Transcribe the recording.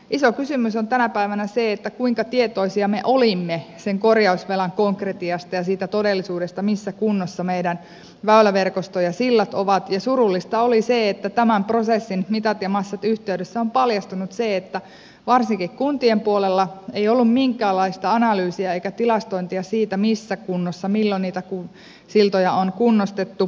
iso kysymys on tänä päivänä se kuinka tietoisia me olimme sen korjausvelan konkretiasta ja siitä todellisuudesta missä kunnossa meidän väyläverkosto ja sillat ovat ja surullista oli se että tämän mitat ja massat prosessin yhteydessä on paljastunut se että varsinkaan kuntien puolella ei ollut minkäänlaista analyysia eikä tilastointia siitä missä kunnossa ja milloin niitä siltoja on kunnostettu